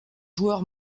joueurs